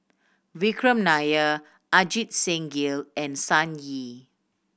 Vikram Nair Ajit Singh Gill and Sun Yee